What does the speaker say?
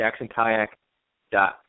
jacksonkayak.com